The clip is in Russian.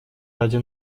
ради